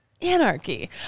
Anarchy